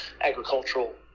agricultural